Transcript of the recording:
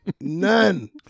None